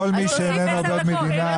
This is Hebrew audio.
דיון